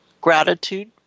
gratitude